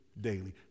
daily